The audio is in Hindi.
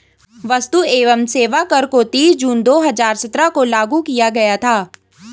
वस्तु एवं सेवा कर को तीस जून दो हजार सत्रह को लागू किया गया था